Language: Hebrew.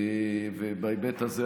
בהיבט הזה,